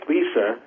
Lisa